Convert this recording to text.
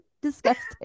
Disgusting